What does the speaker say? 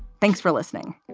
thanks for listening.